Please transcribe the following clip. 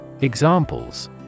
Examples